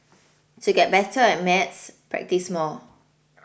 to get better at maths practise more